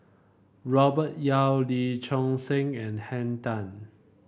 Robert Yeo Lee Choon Seng and Henn Tan